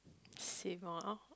same lor